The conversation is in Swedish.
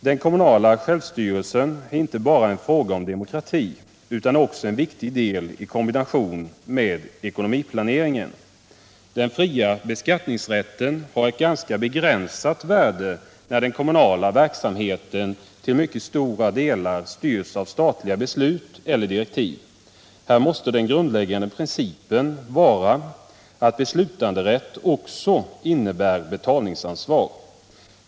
Den kommunala självstyrelsen är inte bara en fråga om demokrati, utan är också en viktig del i kombination med ekonomiplaneringen. Den fria beskattningsrätten har ett ganska begränsat värde när den kommunala verksamheten till mycket stora delar styrs av statliga beslut eller direktiv. Här måste den grundläggande principen vara att beslutanderätt också innebär betalningsansvar.